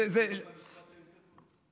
זה, המשפט שהם כתבו.